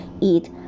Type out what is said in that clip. eat